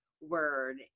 word